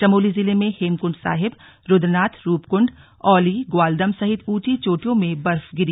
चमोली जिले में हेमकुंड साहिब रुद्रनाथ रूपकुंड औली ग्वालमद सहित ऊंची चोटियों में बर्फ गिरी